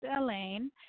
Elaine